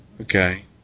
okay